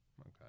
Okay